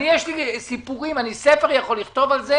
אני יכול לכתוב ספר על אילו